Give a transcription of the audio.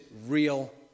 real